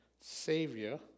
Savior